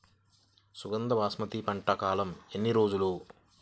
సుగంధ బాస్మతి పంట కాలం ఎన్ని రోజులు?